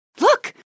Look